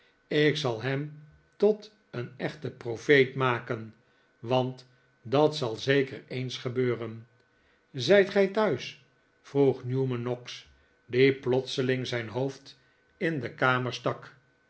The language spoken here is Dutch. ik zal hem tot een echten profeet maken want dat zal zeker eens gebeuren zijt gij thuis vroeg newman noggs die plotseling zijn hoofd in de kamer stak